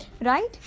right